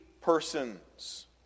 persons